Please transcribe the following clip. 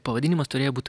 pavadinimas turėjo būt